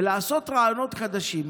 ולעשות רעיונות חדשים.